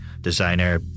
designer